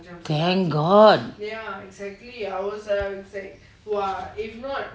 thank god